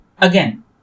Again